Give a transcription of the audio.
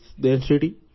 density